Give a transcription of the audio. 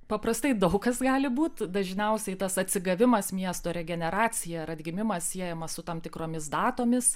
paprastai daug kas gali būt dažniausiai tas atsigavimas miesto regeneracija ar atgimimas siejamas su tam tikromis datomis